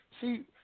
see